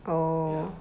oh